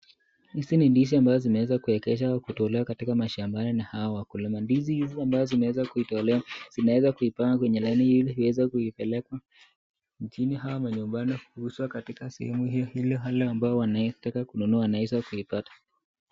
Hizi ni ambazo zimeweza kuwekesha kutolewa katika mashambani na hawa wakulima. Ndizi hizi ambazo zimeweza kutolewa zinaweza kupangwa kwenye laini ili ziweze kuipelekwa nchini au manyumbani kuuzwa katika sehemu hiyo ili wale ambao wanataka kuinunua wanaweza kuipata.